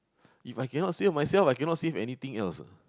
If I cannot save myself I cannot save anything else ah